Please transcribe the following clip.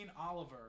Oliver